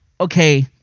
okay